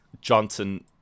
johnson